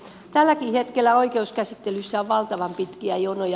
tälläkin hetkellä oikeuskäsittelyssä on valtavan pitkiä jonoja